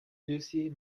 lucy